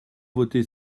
voter